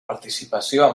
participació